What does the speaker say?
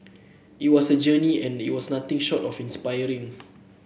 it was a journey and it was nothing short of inspiring